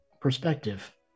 perspective